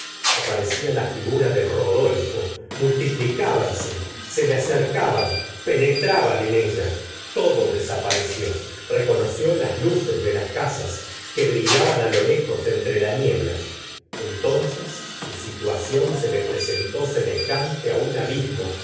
aparecía la figura de rodolfo multiplicábanse se le acercaban penetraban en ella todo desapareció reconoció los luces de las casas que brillaban á lo lejos entre la niebla entonces su situación se le presentó semejante á un